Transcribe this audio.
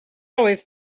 always